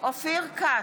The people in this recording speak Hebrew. אופיר כץ,